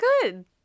good